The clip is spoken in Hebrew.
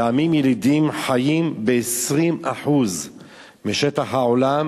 ועמים ילידים חיים ב-20% משטח העולם,